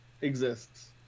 exists